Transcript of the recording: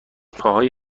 پاهای